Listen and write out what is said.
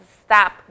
stop